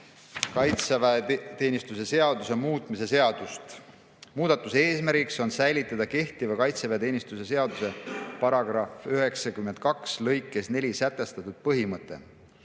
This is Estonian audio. kaitseväeteenistuse seaduse muutmise seadust. Muudatuse eesmärk on säilitada kehtiva kaitseväeteenistuse seaduse § 92 lõikes 4 sätestatud põhimõte,